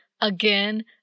again